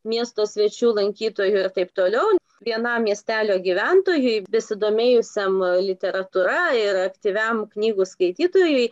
miesto svečių lankytojų ir taip toliau vienam miestelio gyventojui besidomėjusiam literatūra ir aktyviam knygų skaitytojui